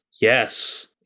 yes